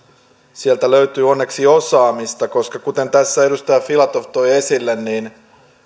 sieltä löytyy onneksi osaamista koska kuten tässä edustaja filatov toi esille